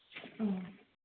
ꯑꯣ